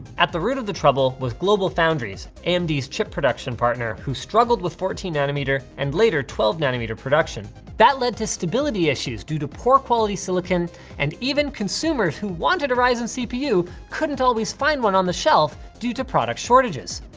at the root of the trouble, was globalfoundries, amd chip production partner who struggled with fourteen nanometer and later twelve nanometer production that led to stability issues due to poor quality silicon and even consumers who wanted ryzen cpu couldn't always find one on the shelf due to product shortages.